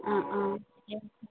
অঁ অঁ